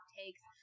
takes